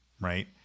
Right